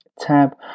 tab